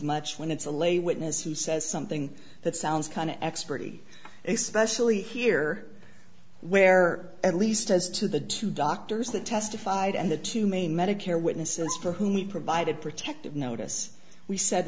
much when it's a lay witness who says something that sounds kind of expertise especially here where at least as to the two doctors that testified and the two main medicare witnesses for whom we provided protected notice we said